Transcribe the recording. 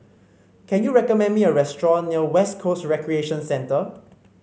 can you recommend me a restaurant near West Coast Recreation Centre